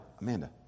Amanda